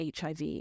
HIV